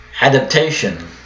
adaptation